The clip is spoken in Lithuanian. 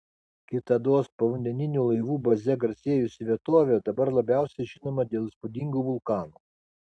kitados povandeninių laivų baze garsėjusi vietovė dabar labiausiai žinoma dėl įspūdingų vulkanų